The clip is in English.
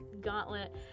gauntlet